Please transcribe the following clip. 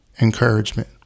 encouragement